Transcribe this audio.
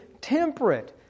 temperate